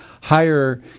higher